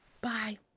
bye